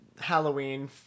Halloween